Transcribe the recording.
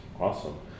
Awesome